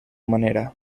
manera